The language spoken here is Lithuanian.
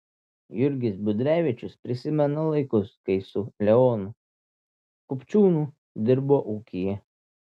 jurgis budrevičius prisimena laikus kai su leonu kupčiūnu dirbo ūkyje